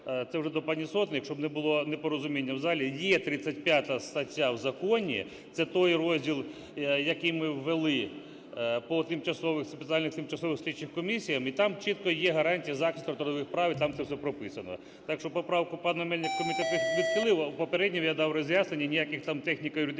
це вже до пані Сотник, щоб не було непорозуміння в залі. Є 35 стаття в законі, це той розділ, який ми ввели по тимчасових, спеціальних тимчасових слідчих комісіях, і там чітко є гарантія захисту трудових прав і там це все прописано. Так що поправку пана Мельника комітет відхилив, а в попередній я дав роз'яснення, ніяких там техніко-юридичних